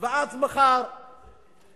אני תמיד שמעתי